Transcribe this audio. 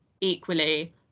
equally